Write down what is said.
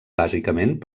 bàsicament